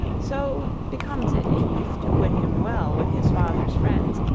so becomes it a youth to quit him well with his father's friends,